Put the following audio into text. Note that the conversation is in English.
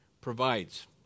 provides